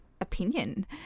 opinion